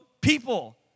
people